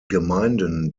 gemeinden